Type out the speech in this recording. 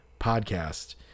podcast